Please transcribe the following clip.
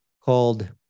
called